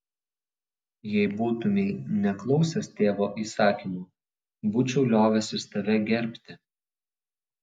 jei būtumei neklausęs tėvo įsakymo būčiau liovęsis tave gerbti